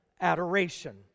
adoration